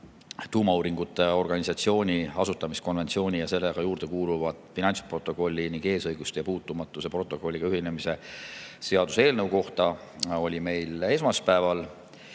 Tuumauuringute Organisatsiooni asutamiskonventsiooni ja selle juurde kuuluva finantsprotokolli ning eesõiguste ja puutumatuse protokolliga ühinemise seaduse eelnõu üle oli meil esmaspäeval.